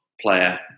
player